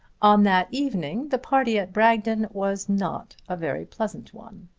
on that evening the party at bragton was not a very pleasant one.